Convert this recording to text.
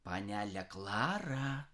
panele klara